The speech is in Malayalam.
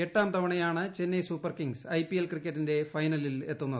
എട്ടാം തവണയാണ് ചെന്നൈ സൂപ്പർ കിങ്സ് ഐപിഎൽ ക്രിക്കറ്റിന്റെ ഫൈനലിൽ എത്തുന്നത്